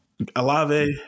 Alave